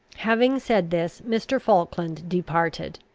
having said this, mr. falkland departed.